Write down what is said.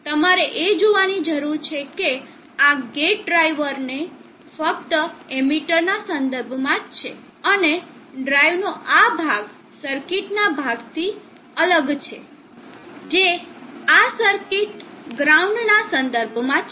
તમારે એ જોવાની જરૂર છે કે આ ગેટ ડ્રાઇવર એ ફક્ત એમીટરના સંદર્ભમાં જ છે અને ડ્રાઇવનો આ ભાગ સર્કિટના ભાગથી અલગ છે જે આ સર્કિટ ગ્રાઉન્ડના સંદર્ભમાં છે